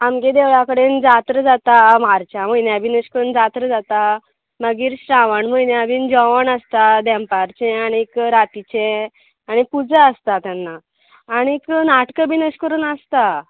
आमगे देवळा कडेन जात्रा जाता मार्च्या म्हयन्याक बी अशें करून जात्रा जाता मागीर श्रावण म्हयन्याक बीन जेवण आसता देमपारचें आनीक रातीचें आनी पूजा आसता तेन्ना आनीक नाटकां बी येशें कोरून आसता